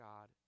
God